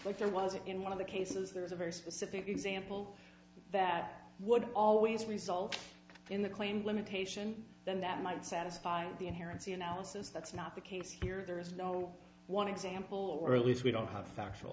there was in one of the cases there is a very specific example that would always result in the claim limitation then that might satisfy the inherence the analysis that's not the case here there is no one example or at least we don't have